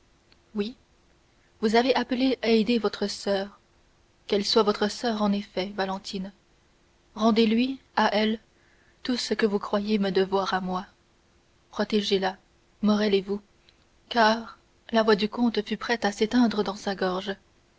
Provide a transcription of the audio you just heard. cela oui vous avez appelé haydée votre soeur qu'elle soit votre soeur en effet valentine rendez-lui à elle tout ce que vous croyez me devoir à moi protégez la morrel et vous car la voix du comte fut prête à s'éteindre dans sa gorge